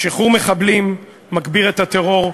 שחרור מחבלים מגביר את הטרור,